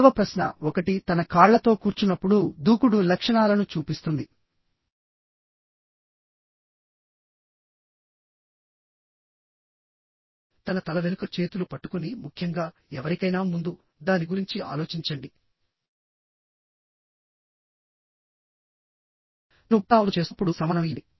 ఐదవ ప్రశ్న ఒకటి తన కాళ్ళతో కూర్చున్నప్పుడు దూకుడు లక్షణాలను చూపిస్తుంది తన తల వెనుక చేతులు పట్టుకునిముఖ్యంగా ఎవరికైనా ముందుదాని గురించి ఆలోచించండి నేను పునరావృతం చేస్తున్నప్పుడుసమాధానం ఇవ్వండి